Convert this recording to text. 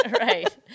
right